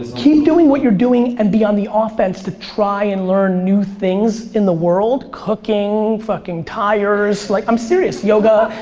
keep doing what you're doing and be on the offensive. try and learn new things in the world cooking, fucking tires, like i'm serious. yoga,